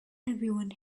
everyone